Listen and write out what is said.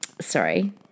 Sorry